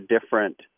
different